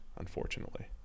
unfortunately